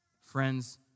Friends